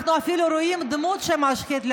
אנחנו אפילו רואים דמות שמשחיתה,